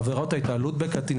עבירת ההתעללות בקטין.